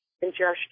ingestion